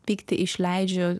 pykti išleidžiu